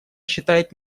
считает